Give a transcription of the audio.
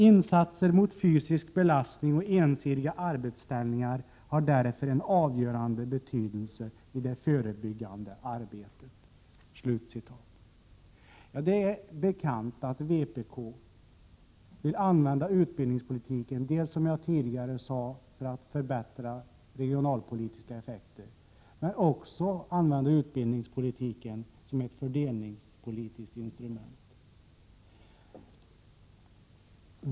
Insatser mot fysisk belastning och ensidiga arbetsställningar har därför en avgörande betydelse i det förebyggande arbetet.” Det är bekant att vpk vill använda utbildningspolitiken dels för att nå regionalpolitiska effekter, som jag tidigare sade, dels som ett fördelningspolitiskt instrument.